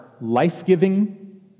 life-giving